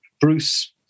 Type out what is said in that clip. Bruce